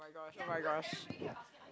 oh-my-gosh